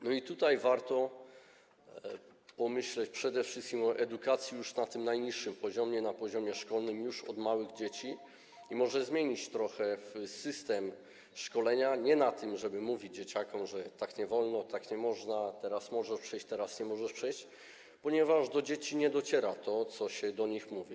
I tutaj warto pomyśleć przede wszystkim o edukacji na tym najniższym poziomie, na poziomie szkolnym, już małych dzieci i może warto zmienić trochę system szkolenia, ale nie tak, żeby mówić dzieciakom, że tak nie wolno, tak nie można, teraz możesz przejść, teraz nie możesz przejść, ponieważ do dzieci nie dociera to, co się do nich mówi.